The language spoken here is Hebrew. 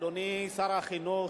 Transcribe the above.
אדוני שר החינוך,